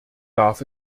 darf